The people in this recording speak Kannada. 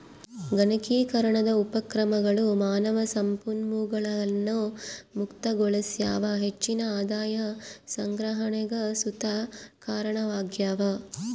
ಗಣಕೀಕರಣದ ಉಪಕ್ರಮಗಳು ಮಾನವ ಸಂಪನ್ಮೂಲಗಳನ್ನು ಮುಕ್ತಗೊಳಿಸ್ಯಾವ ಹೆಚ್ಚಿನ ಆದಾಯ ಸಂಗ್ರಹಣೆಗ್ ಸುತ ಕಾರಣವಾಗ್ಯವ